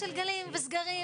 כי זה זהה או שהמספר שלהם יעלה?